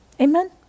Amen